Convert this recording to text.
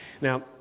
now